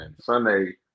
Sunday